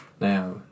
now